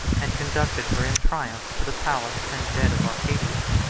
and conducted her in triumph to the palace and bed of arcadius.